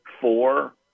four